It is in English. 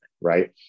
Right